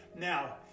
now